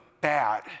bad